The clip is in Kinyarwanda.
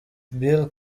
bill